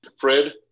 Fred